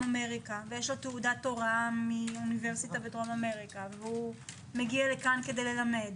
אמריקה ויש לו תעודת הוראה משם ומגיע לכאן ללמד